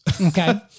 Okay